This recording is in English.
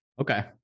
Okay